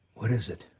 what is it?